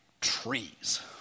Trees